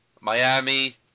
Miami